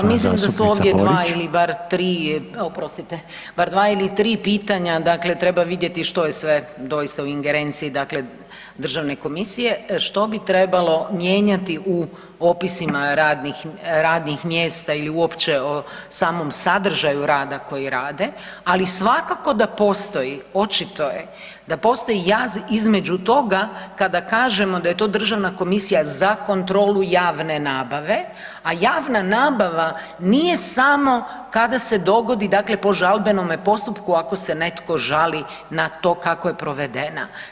mislim da su ovdje dva ili bar tri, oprostite, bar dva ili tri pitanje, treba vidjeti što je sve doista u ingerenciji dakle Državne komisije, što bi trebalo mijenjati u opisima radnih mjesta ili uopće u samom sadržaju rada koji rade, ali svakako da postoji, očito je, da postoji jaz između toga kada kažem oda je to Državna komisija za kontrolu javne nabave a javna nabava nije samo kada se dogodi, dakle po žalbenom postupku, ako se netko žali na to kako je provedena.